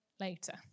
later